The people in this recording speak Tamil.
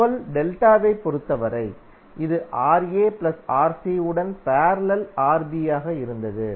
R12 டெல்டா வைப் பொறுத்தவரை இது Ra Rc உடன் பேரலல் Rb ஆக இருந்தது